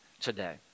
today